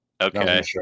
Okay